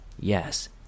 Yes